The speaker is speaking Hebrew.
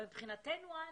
אבל מבחינתנו אנו,